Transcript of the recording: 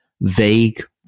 vague